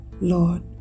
Lord